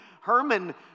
Herman